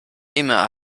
immer